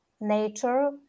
nature